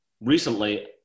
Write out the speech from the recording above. recently